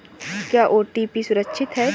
क्या ओ.टी.पी सुरक्षित है?